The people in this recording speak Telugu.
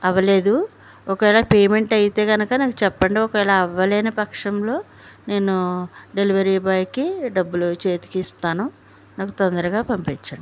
అవలేదు ఒకవేళ పేమెంట్ అయితే కనుక నాకు చెప్పండి ఒకవేళ అవ్వలేని పక్షంలో నేను డెలివరీ బాయ్కి డబ్బులు చేతికి ఇస్తాను నాకు తొందరగా పంపించండి